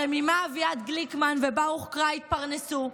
הרי ממה אביעד גליקמן וברוך קרא יתפרנסו?